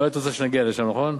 לא היית רוצה שנגיע לשם, נכון?